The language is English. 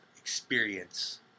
experience